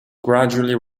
gradually